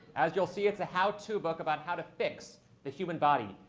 as you'll see, it's a how to book about how to fix the human body.